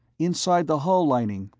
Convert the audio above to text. inside the hull lining.